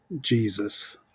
Jesus